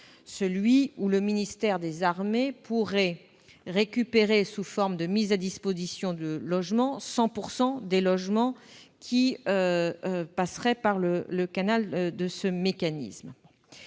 celui où le ministère des armées pourrait récupérer, sous forme de mise à disposition, 100 % des logements qui passeraient par le canal de ce mécanisme.